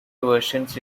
versions